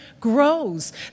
grows